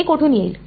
ते कोठून येईल